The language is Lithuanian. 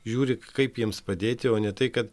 žiūri kaip jiems padėti o ne tai kad